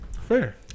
Fair